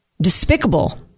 despicable